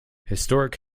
historic